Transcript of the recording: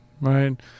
Right